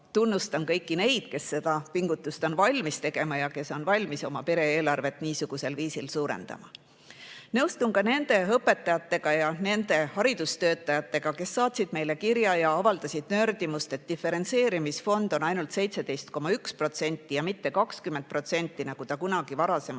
tunnustan kõiki neid, kes seda pingutust on valmis tegema ja kes on valmis oma pere-eelarvet niisugusel viisil suurendama. Nõustun ka nende õpetajatega ja nende haridustöötajatega, kes saatsid meile kirja ja avaldasid nördimust, et diferentseerimisfond on ainult 17,1% ja mitte 20%, nagu see kunagi oli,